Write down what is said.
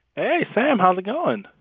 hey, sam. how's it going?